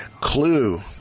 Clue